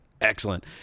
Excellent